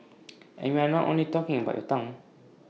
and we are not only talking about your tongue